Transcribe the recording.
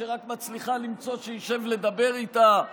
שרק מצליחה למצוא שישב לדבר איתה.